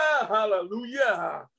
hallelujah